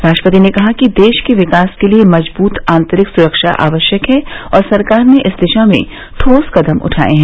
राष्ट्रपति ने कहा कि देश के विकास के लिए मजबूत आंतरिक सुरक्षा आवश्यक है और सरकार ने इस दिशा में ठोस कदम उठाए हैं